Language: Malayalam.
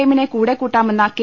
എമ്മിനെ കൂടെക്കൂ ട്ടാമെന്ന കെ